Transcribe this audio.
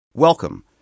Welcome